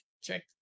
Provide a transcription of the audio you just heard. Check